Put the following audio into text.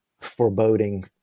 foreboding